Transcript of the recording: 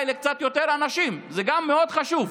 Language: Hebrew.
אולי יעזור לקצת יותר אנשים, זה גם מאוד חשוב.